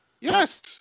yes